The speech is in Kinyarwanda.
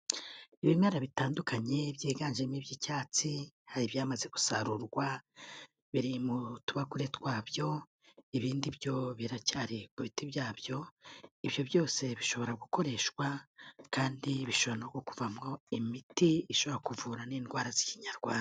Ibimera bitandukanye byiganjemo iby'icyatsi, hari ibyamaze gusarurwa biri mu tubakure twabyo, ibindi byo biracyari ku biti byabyo, ibyo byose bishobora gukoreshwa kandi bishobora no kuvamo imiti ishobora kuvura n'indwara z'ikinyarwanda.